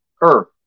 earth